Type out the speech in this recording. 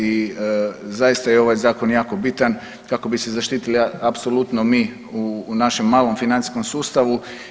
I zaista je ovaj zakon jako bitan kako bi se zaštitili apsolutno mi u našem malom financijskom sustavu.